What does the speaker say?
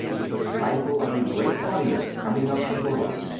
with the stifle of a great audience coming up from below.